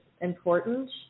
important